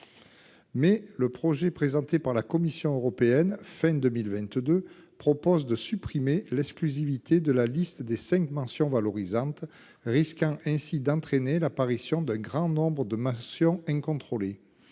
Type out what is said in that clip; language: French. Mais le projet présenté par la Commission européenne fin 2022 propose de supprimer l'exclusivité de la liste des cinq mentions valorisantes, risquant ainsi d'entraîner l'apparition d'un grand nombre de mentions incontrôlée.